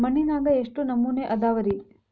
ಮಣ್ಣಿನಾಗ ಎಷ್ಟು ನಮೂನೆ ಅದಾವ ರಿ?